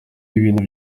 ibintu